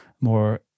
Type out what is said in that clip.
more